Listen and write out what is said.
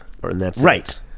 Right